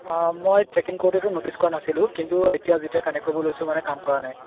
মই চেকিং কৰোঁতে নটিচ কৰা নাছিলঁ কিন্তু এতিয়া যেতিয়া কানেক্ট কৰিব লৈছোঁ মানে কাম কৰা নাই